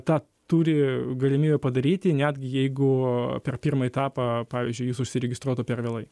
tą turi galimybę padaryti netgi jeigu per pirmą etapą pavyzdžiui jis užsiregistruotų per vėlai